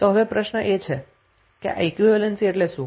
તો હવે પ્રશ્ન એ છે કે આ ઈક્વીવેલેન્સી એટલે શું